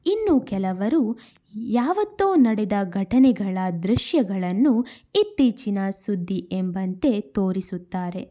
ಇನ್ನು ಕೆಲವರು ಯಾವತ್ತೋ ನಡೆದ ಘಟನೆಗಳ ದೃಶ್ಯಗಳನ್ನು ಇತ್ತೀಚಿನ ಸುದ್ದಿ ಎಂಬಂತೆ ತೋರಿಸುತ್ತಾರೆ